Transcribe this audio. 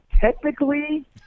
technically